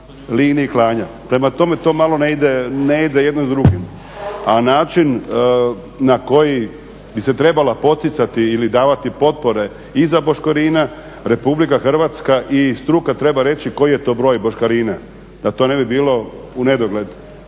liniji klanja. Prema tome, to malo ne ide jedno s drugim, a način na koji bi se trebala poticati ili davati potpore i za boškarina, RH i struka treba reći koji je to broj boškarina, da to ne bi bilo u nedogled,